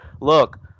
look